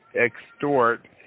extort